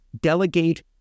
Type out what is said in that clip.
delegate